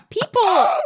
People